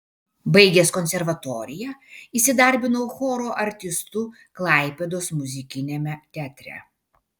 baigęs konservatoriją įsidarbinau choro artistu klaipėdos muzikiniame teatre